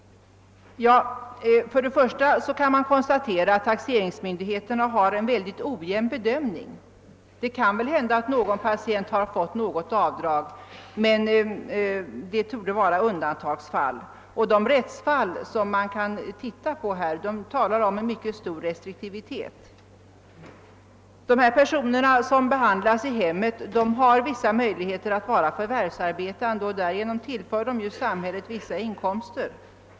För det första kan man konstatera att taxeringsmyndigheternas bedömning är mycket ojämn; någon patient har kanske beviljats något avdrag, men det torde vara undantagsfall. För det andra talar de rättsfall som finns om mycket stor restriktivitet. De personer som behandlas i hemmet har vissa möjligheter att förvärvsarbeta och tillför därigenom samhället vissa inkomster.